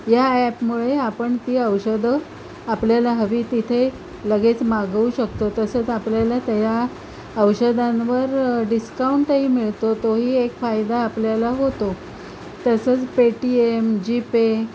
या ॲपमुळे आपण ती औषधं आपल्याला हवी तिथे लगेच मागवू शकतो तसंच आपल्याला त्या औषधांवर डिस्काउंटही मिळतो तोही एक फायदा आपल्याला होतो तसंच पेटीएम जीपे